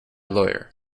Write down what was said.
lawyer